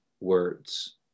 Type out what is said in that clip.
words